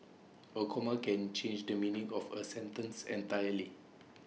A comma can change the meaning of A sentence entirely